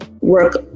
work